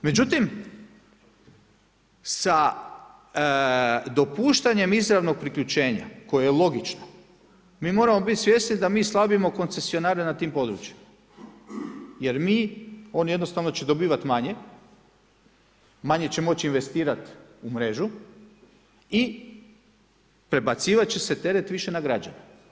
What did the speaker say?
Međutim, sa dopuštanjem izravnog priključenja koje je logično, mi moramo biti svjesni da mi slabimo koncesionare na tim područjima jer oni će dobivati manje, manje će moći investirat u mrežu i prebacivat će se teret više na građane.